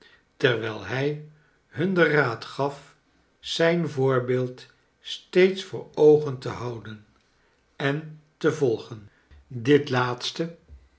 terwijl hij hun den raad gaf zijn voorbeeld steeds voor oogen te houden en te volgen dit laatste